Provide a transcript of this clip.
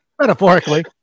metaphorically